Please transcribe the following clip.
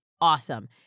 awesome